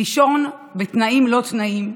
לישון בתנאים לא תנאים,